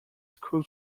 school